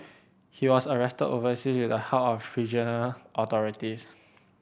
he was arrested overseas with the help of regional authorities